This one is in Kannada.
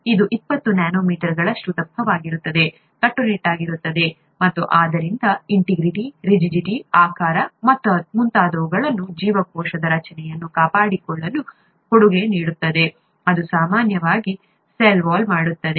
ಇದು ಇಪ್ಪತ್ತು ನ್ಯಾನೊಮೀಟರ್ಗಳಷ್ಟು ದಪ್ಪವಾಗಿರುತ್ತದೆ ಕಟ್ಟುನಿಟ್ಟಾಗಿರುತ್ತದೆ ಮತ್ತು ಆದ್ದರಿಂದ ಇಂಟಿಗ್ರಿಟಿ ರಿಜಿಡ್ಡಿಟಿ ಆಕಾರ ಮತ್ತು ಮುಂತಾದವುಗಳಂತಹ ಜೀವಕೋಶದ ರಚನೆಯನ್ನು ಕಾಪಾಡಿಕೊಳ್ಳಲು ಕೊಡುಗೆ ನೀಡುತ್ತದೆ ಅದು ಸಾಮಾನ್ಯವಾಗಿ ಸೆಲ್ ವಾಲ್ ಮಾಡುತ್ತದೆ